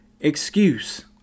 excuse